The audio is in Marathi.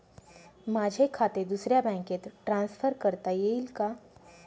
माझे खाते दुसऱ्या बँकेत ट्रान्सफर करता येईल का?